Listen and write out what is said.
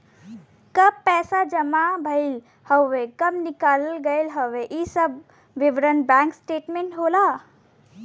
कब पैसा जमा भयल हउवे कब निकाल गयल हउवे इ सब विवरण बैंक स्टेटमेंट होला